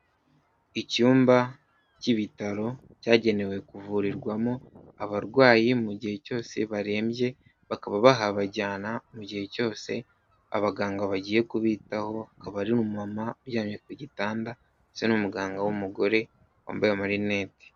Icyumba cy'ibitaro, cyagenewe kuvurirwamo abarwayi, mu gihe cyose barembye, bakaba bahabajyana mu gihe cyose abaganga bagiye kubitaho, akaba ari umumama uryamye ku gitanda, ndetse n'umuganga w'umugore, wambaye amarinete.